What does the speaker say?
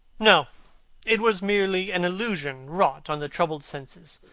no it was merely an illusion wrought on the troubled senses.